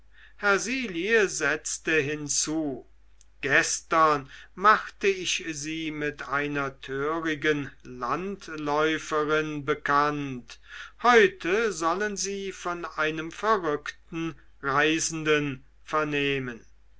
hersilie setzte hinzu gestern machte ich sie mit einer törigen landläuferin bekannt heute sollen sie von einem verrückten reisenden vernehmen